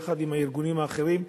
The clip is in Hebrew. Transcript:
יחד עם הארגונים האחרים,